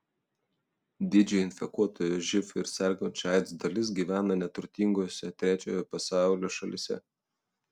didžioji infekuotųjų živ ir sergančiųjų aids dalis gyvena neturtingose trečiojo pasaulio šalyse